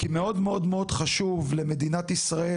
כי מאוד מאוד חשוב למדינת ישראל,